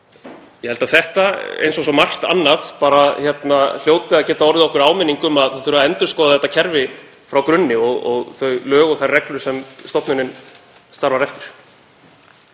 Ég held að þetta, eins og svo margt annað, hljóti að geta orðið okkur áminning um að endurskoða þurfi þetta kerfi frá grunni og þau lög og þær reglur sem stofnunin starfar eftir.